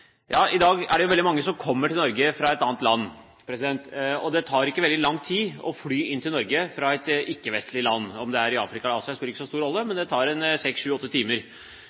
I dag er det veldig mange som kommer til Norge fra et annet land. Det tar ikke veldig lang tid å fly til Norge fra et ikke-vestlig land. Om det er fra Afrika eller Asia, spiller ikke så stor rolle, men det tar en seks–sju–åtte timer.